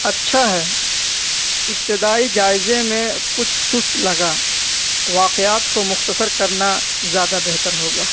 اچھا ہے ابتدائی جائزے میں کچھ سست لگا واقعات کو مختصر کرنا زیادہ بہتر ہوگا